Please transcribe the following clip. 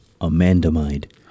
amandamide